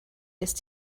ist